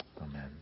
amen